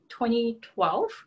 2012